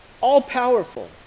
all-powerful